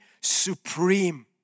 supreme